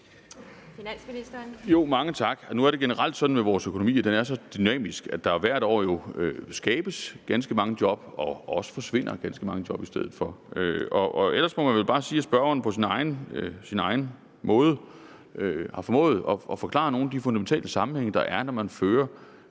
Finansministeren (Bjarne Corydon): Mange tak. Nu er det generelt sådan med vores økonomi, at den er så dynamisk, at der jo hvert år skabes ganske mange job og også forsvinder ganske mange job i stedet for. Ellers må man vel bare sige, at spørgeren på sin egen måde har formået at forklare nogle af de fundamentale sammenhænge, der er rent